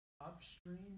upstream